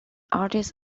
artist